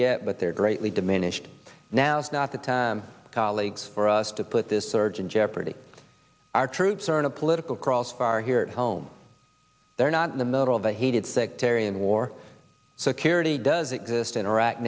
yet but they're greatly diminished now is not the time colleagues for us to put this surge in jeopardy our troops are in a political crossfire here home they're not in the middle of a heated sectarian war security does exist in iraq